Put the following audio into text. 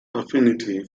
affinity